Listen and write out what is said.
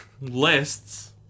lists